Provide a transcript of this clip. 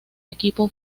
equipo